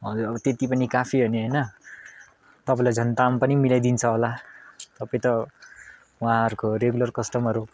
हजुर अब त्यति पनि काफी हो नि होइन लाई झन् दाम पनि मिलाइदिन्छ होला तपाईँ त उहाँहरूको रेगुलर कस्टमर हो